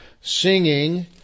singing